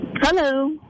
Hello